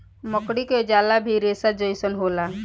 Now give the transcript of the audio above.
मकड़ी के जाला भी रेसा जइसन होला